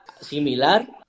similar